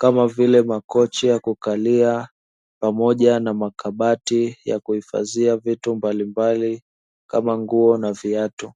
kama vile makochi ya kukalia pamoja na makabati ya kuhifadhia vitu mbalimbali, kama nguo na viatu.